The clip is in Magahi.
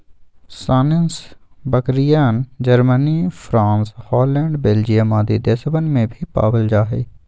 सानेंइ बकरियन, जर्मनी, फ्राँस, हॉलैंड, बेल्जियम आदि देशवन में भी पावल जाहई